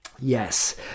Yes